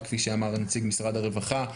וכפי שאמר נציג משרד הרווחה,